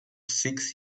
six